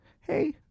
hey